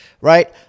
right